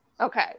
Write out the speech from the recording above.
Okay